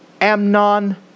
Amnon